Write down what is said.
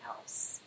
else